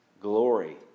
glory